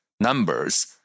numbers